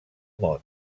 món